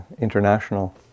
international